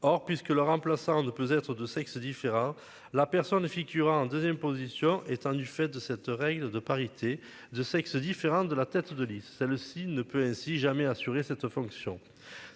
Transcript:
or puisque le remplaçant de plus être de sexe différent la personne figurera en 2ème position du fait de cette règle de parité de sexe différent de la tête de liste, celle-ci ne peut ainsi jamais assurer cette fonction.